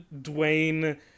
Dwayne